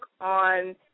on